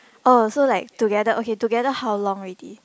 oh so like together okay together how long already